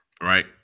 Right